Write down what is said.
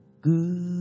good